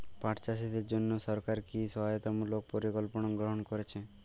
পাট চাষীদের জন্য সরকার কি কি সহায়তামূলক পরিকল্পনা গ্রহণ করেছে?